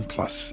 Plus